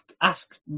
ask